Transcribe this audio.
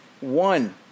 One